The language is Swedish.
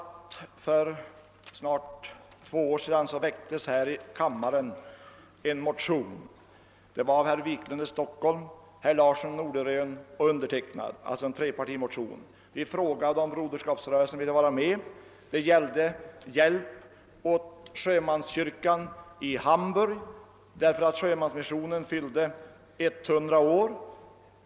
För snart två år sedan väcktes i denna kammare en trepartimotion av herrar Wiklund i Stockholm, Larsson i Norderön och undertecknad. Vi frågade om Broderskapsrörelsen ville vara med. Det gällde hjälp åt sjömanskyrkan i Hamburg därför att sjömansmissionén fyllde hundra år.